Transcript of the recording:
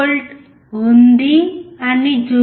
1V ఉంది అని చూస్తాము